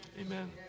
Amen